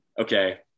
okay